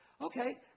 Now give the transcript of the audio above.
Okay